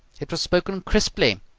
it was spoken crisply,